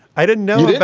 i didn't know.